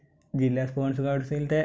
ജില്ല സ്പോർട്സ് കൌൺസിലിൻ്റെ